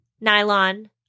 nylon